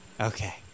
Okay